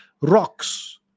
rocks